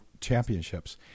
championships